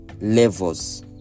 levels